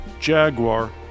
Jaguar